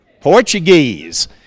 Portuguese